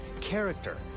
character